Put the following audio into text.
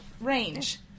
range